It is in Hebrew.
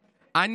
קצת.